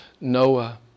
Noah